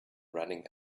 running